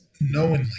knowingly